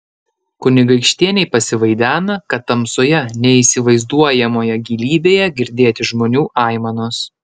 kunigaikštienei pasivaidena kad tamsoje neįsivaizduojamoje gilybėje girdėti žmonių aimanos